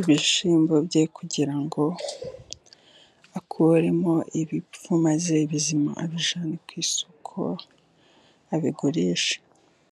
ibishyimbo bye kugira ngo akuremo ibipfu maze ibizima abijyane ku isoko abigurishe.